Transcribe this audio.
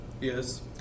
Yes